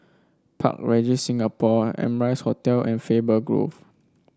Park Regis Singapore Amrise Hotel and Faber Grove